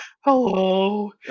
Hello